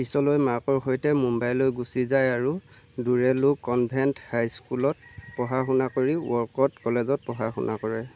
পিছলৈ মাকৰ সৈতে মুম্বাইলৈ গুচি যায় আৰু ডুৰেলো কনভেন্ট হাইস্কুলত পঢ়া শুনা কৰি ৱল্কট কলেজত পঢ়া শুনা কৰে